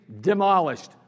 demolished